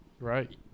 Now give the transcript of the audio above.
Right